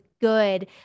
good